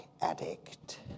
addict